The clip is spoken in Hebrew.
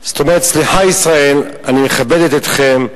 זאת אומרת, סליחה, ישראל, אני מכבדת אתכם,